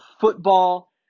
football